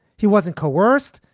he wasn't coerced.